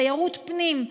תיירות פנים,